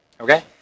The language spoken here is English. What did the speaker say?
Okay